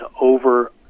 over